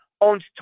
owns